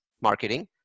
marketing